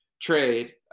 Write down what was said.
Trade